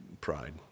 pride